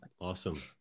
awesome